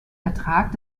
ertrag